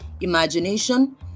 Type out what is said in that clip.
imagination